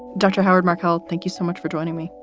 dr. howard markel, thank you so much for joining me.